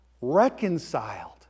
reconciled